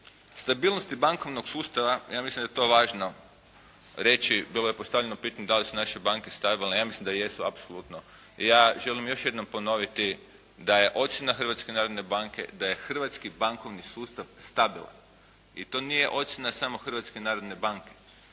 stabilnosti bankovnog sustava ja mislim da je to važno reći, bilo je postavljeno pitanje da li su naše banke stavile a ja mislim da jesu apsolutno. Ja želim još jednom ponoviti da je ocjena Hrvatske narodne banke da je hrvatski bankovni sustav stabilan i to nije ocjena samo Hrvatske narodne banke.